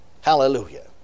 Hallelujah